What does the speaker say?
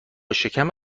شکم